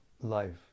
life